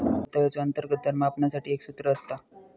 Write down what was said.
परताव्याचो अंतर्गत दर मापनासाठी एक सूत्र असता